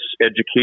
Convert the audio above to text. education